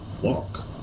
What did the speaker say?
walk